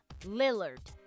Lillard